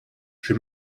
j’ai